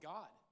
God